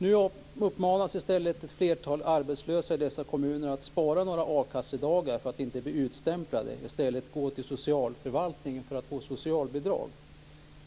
Nu uppmanas ett flertal arbetslösa i dessa kommuner att spara några a-kassedagar för att inte bli utstämplade och i stället gå till socialförvaltningen för att få socialbidrag.